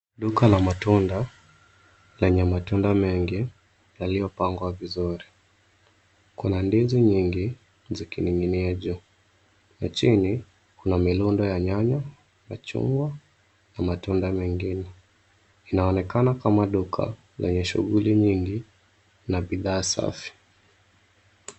Duka la matunda lenye matunda mengi yaliyopangwa vizuri. Kuna ndizi nyingi zikining'inia juu. Na chini kuna milundo ya nyanya , machungwa na matunda mengine. Inaonekana kama duka lenye shughuli nyingi na bidhaa safi.